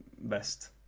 best